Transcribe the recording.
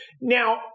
Now